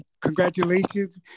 congratulations